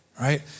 Right